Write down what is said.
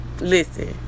listen